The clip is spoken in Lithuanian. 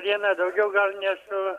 vieną daugiau gal ne su